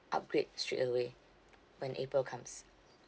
upgrade straightaway when april comes